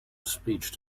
speech